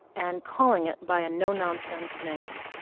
and calling it by a no-nonsense name